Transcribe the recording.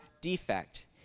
defect